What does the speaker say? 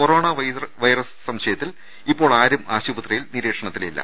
corona virus സംശയത്തിൽ ഇപ്പോൾ ആരും ആശുപത്രിയിൽ നിരീക്ഷണത്തിലില്ല